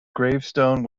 gravestone